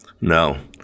No